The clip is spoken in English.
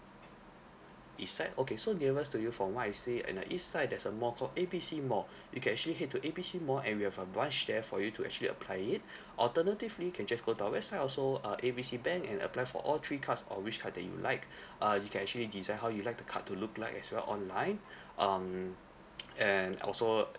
east side okay so nearest to you from what I see in the east side there's a mall called A B C mall you can actually head to A B C mall and we have a branch there for you to actually apply it alternatively you can just go to our website also uh A B C bank and apply for all three cards or which card that you like uh you can actually design how you like the card to look like as well online um and also